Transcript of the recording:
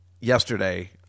yesterday